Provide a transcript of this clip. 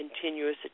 continuous